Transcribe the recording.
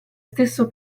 stesso